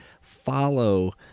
follow